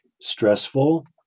stressful